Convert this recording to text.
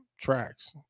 tracks